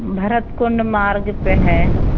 भरत कुंड मार्ग पर है